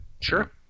Sure